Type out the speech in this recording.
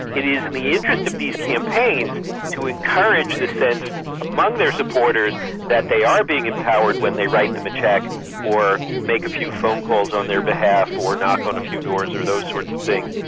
it is in the interest of these campaigns to encourage this sense among their supporters that they are being empowered when they write them a cheque or make a few phone calls on their behalf or knock on a few doors or those sorts of things.